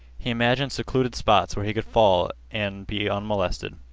he imagined secluded spots where he could fall and be unmolested.